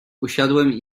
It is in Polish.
usiadłem